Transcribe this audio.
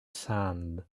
sand